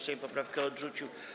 Sejm poprawkę odrzucił.